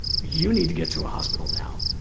you need to get to a hospital now.